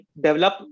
develop